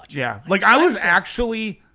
yeah, like i was actually,